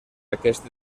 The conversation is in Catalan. aquest